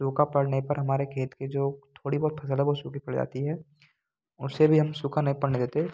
सूखा पड़ने पर हमारे खेत के जो थोड़ी बहुत फसल है वो सूखी पड़ जाती है उसे भी हम सूखा नहीं पड़ने देते